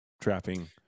trapping